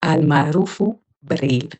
almaarufu braille .